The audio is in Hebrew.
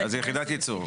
כן, אז זו יחידת ייצור.